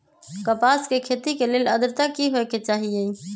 कपास के खेती के लेल अद्रता की होए के चहिऐई?